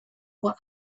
what